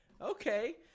Okay